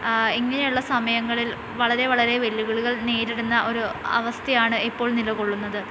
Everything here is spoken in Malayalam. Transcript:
ഇങ്ങനെയുള്ള സമയങ്ങളിൽ വളരെ വളരെ വെല്ലുവിളികൾ നേരിടുന്ന ഒരു അവസ്ഥയാണ് ഇപ്പോൾ നിലകൊള്ളുന്നത്